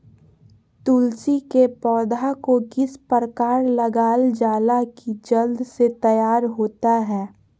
तुलसी के पौधा को किस प्रकार लगालजाला की जल्द से तैयार होता है?